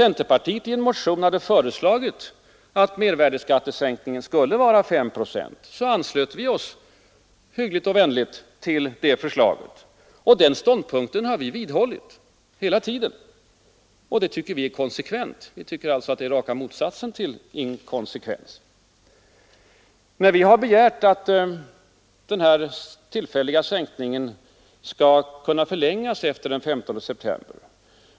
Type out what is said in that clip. Centern hade i en motion föreslagit att mervärdeskattesänkningen skulle vara 5 procent, och vi anslöt oss, hyggligt och vänligt, till det förslaget. Den ståndpunkten har vi hela tiden hållit fast vid, och det tycker vi är konsekvent. Det är alltså raka motsatsen till inkonsekvens. Vi har begärt att den tillfälliga sänkningen skall kunna förlängas efter den 15 september.